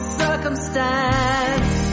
circumstance